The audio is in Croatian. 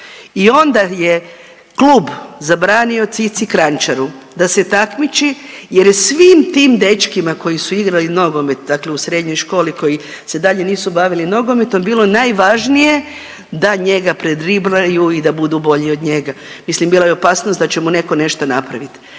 i onda je klub zabranio Cici Kranjčaru da se takmiči jer je svim tim dečkima koji su igrali nogomet dakle u srednjoj školi koji se dalje nisu bavili nogometom bilo najvažnije da njega predriblaju i da budu bolji od njega. Mislim bila je opasnost da će mu netko nešto napraviti.